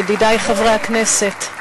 ידידי חברי הכנסת,